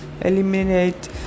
eliminate